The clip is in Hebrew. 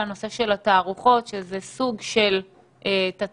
הנושא של התערוכות שזה סוג של תצוגה.